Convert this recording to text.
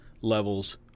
levels